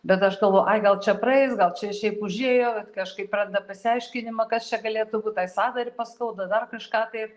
bet aš galvojau ai gal čia praeis gal čia šiaip užėjo kažkaip pradeda pasiaiškinimą kas čia galėtų būt tai sąnarį paskaudo dar kažką tai